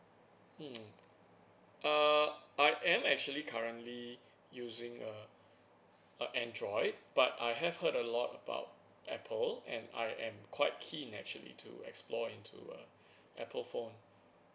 mm err I am actually currently using a uh android but I have heard a lot about apple and I am quite keen actually to explore into a apple phone